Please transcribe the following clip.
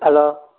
hello